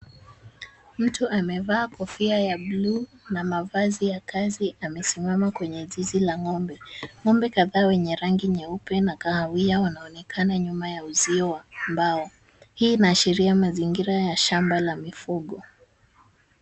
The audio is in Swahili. Mtu amevaa kofia ya bluu na mavazi ya kazi, amesimama kwenye zizi la ng'ombe. Ng'ombe kadhaa wenye rangi nyeupe na kahawia wanaonekana nyuma ya uzio wa mbao. Hii inaashiria mazingira ya shamba la mifugo.